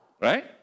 Right